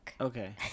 Okay